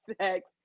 sex